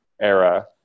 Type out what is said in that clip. era